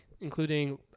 including